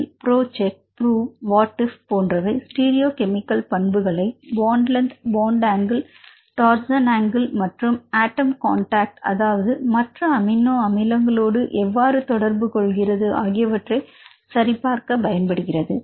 இதில் procheck prove what if போன்றவை stereochemical பண்புகளை bond length bond angle torsion angle மற்றும் atom contact அதாவது மற்ற அமினோ அமிலங்கள்ஓடு எவ்வாறு தொடர்பு கொள்கிறது ஆகியவற்றை சரிபார்க்க பயன்படுகிறது